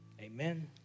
Amen